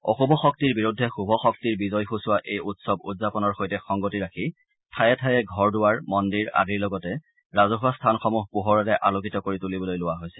অশুভ শক্তিৰ বিৰুদ্ধে শুভ শক্তিৰ বিজয় সূচোৱা এই উৎসৱ উদযাপনৰ সৈতে সংগতি ৰাখি ঠায়ে ঠায়ে ঘৰ দুৱাৰ মন্দিৰ আদিৰ লগতে ৰাজহুৱা স্থানসমূহ পোহৰেৰে আলোকিত কৰি তূলিবলৈ লোৱা হৈছে